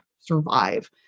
survive